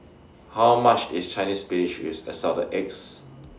How much IS Chinese Spinach with Assorted Eggs